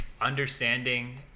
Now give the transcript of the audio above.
understanding